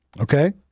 okay